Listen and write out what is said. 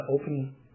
open